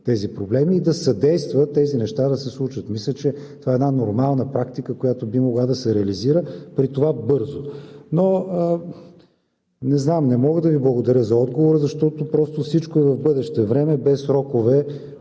тези проблеми и да съдейства тези неща да се случат. Мисля, че това е една нормална практика, която би могла да се реализира, при това бързо. Не знам, не мога да Ви благодаря за отговора, защото всичко е в бъдеще време, без срокове.